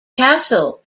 castle